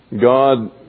God